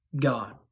God